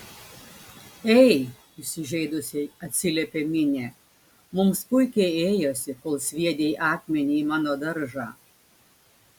ei įsižeidusi atsiliepė minė mums puikiai ėjosi kol sviedei akmenį į mano daržą